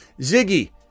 Ziggy